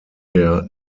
der